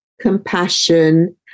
Compassion